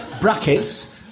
brackets